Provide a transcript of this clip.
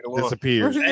disappeared